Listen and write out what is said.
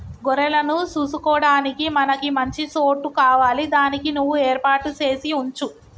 గొర్రెలను సూసుకొడానికి మనకి మంచి సోటు కావాలి దానికి నువ్వు ఏర్పాటు సేసి వుంచు